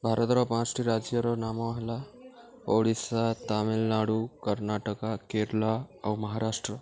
ଭାରତର ପାଞ୍ଚଟି ରାଜ୍ୟର ନାମ ହେଲା ଓଡ଼ିଶା ତାମିଲନାଡ଼ୁ କର୍ଣ୍ଣାଟକ କେରଳ ଆଉ ମହାରାଷ୍ଟ୍ର